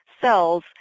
cells